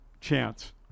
chance